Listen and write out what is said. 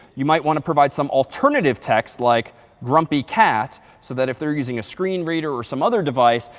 you might want to provide some alternative text like grumpy cat so that if they're using a screen reader or some other device,